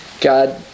God